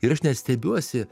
ir aš net stebiuosi